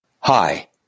Hi